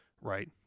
Right